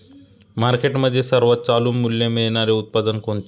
मार्केटमध्ये सर्वात चालू मूल्य मिळणारे उत्पादन कोणते?